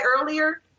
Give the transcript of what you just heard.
earlier